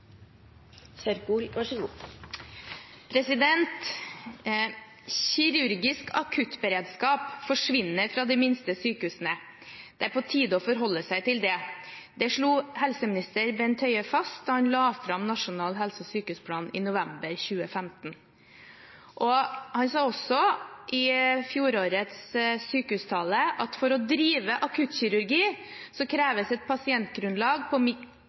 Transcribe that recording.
på tide å forholde seg til det. Det slo helseminister Bent Høie fast da han la fram Nasjonal helse- og sykehusplan i november 2015. Han sa også i fjorårets sykehustale: «For å drive akuttkirurgi kreves et pasientgrunnlag på